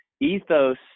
Ethos